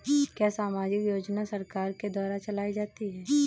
क्या सामाजिक योजना सरकार के द्वारा चलाई जाती है?